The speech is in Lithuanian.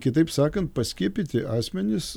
kitaip sakant paskiepyti asmenys